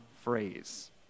phrase